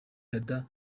dada